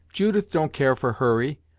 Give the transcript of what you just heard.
judith don't care for hurry,